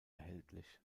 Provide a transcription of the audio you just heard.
erhältlich